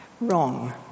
Wrong